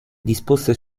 disposte